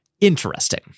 Interesting